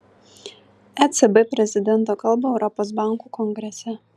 ecb prezidento kalbą europos bankų kongrese